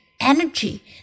Energy